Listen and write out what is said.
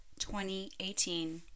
2018